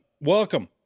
welcome